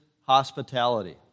hospitality